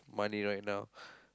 money right now